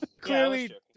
Clearly